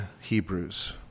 Hebrews